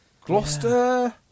Gloucester